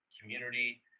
community